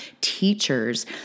teachers